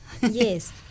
Yes